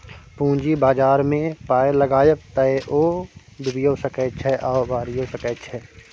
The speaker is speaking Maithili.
पूंजी बाजारमे पाय लगायब तए ओ डुबियो सकैत छै आ उबारियौ सकैत छै